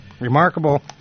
remarkable